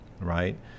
right